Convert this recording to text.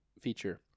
feature